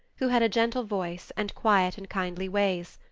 who had a gentle voice and quiet and kindly ways.